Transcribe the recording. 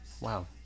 Wow